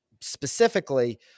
specifically